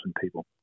people